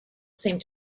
seemed